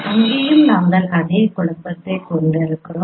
அங்கேயும் நாங்கள் அதே குழப்பத்தைக் கொண்டிருக்கிறோம்